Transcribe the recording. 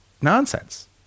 nonsense